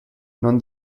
non